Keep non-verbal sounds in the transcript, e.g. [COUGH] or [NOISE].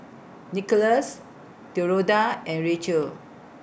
Nickolas [UNINTELLIGIBLE] and Rachel